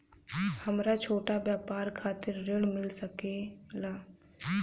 हमरा छोटा व्यापार खातिर ऋण मिल सके ला?